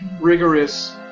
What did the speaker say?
rigorous